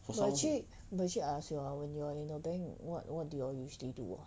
but actually but actually I ask you ah when you are in a bank what what do you all usually do ah